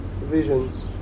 Visions